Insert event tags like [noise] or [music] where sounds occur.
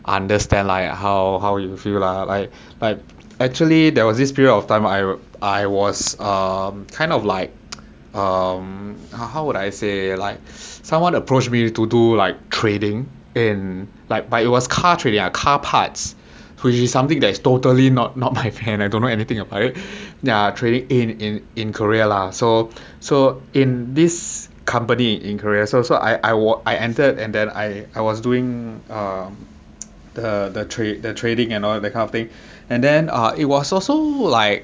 understand like how how you feel lah like like actually there was this period of time I I was um kind of like [noise] um how how would I say like someone approached me to do like trading in like but it was car trading lah car parts which is something that is totally not not my hand I don't know anything about it yeah trading in in in korea lah so so in this company in korea so so I I wa~ I entered and then I was doing um [noise] the the tra~ the trading and all that kind of thing and then err it was also like